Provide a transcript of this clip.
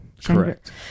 Correct